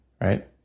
Right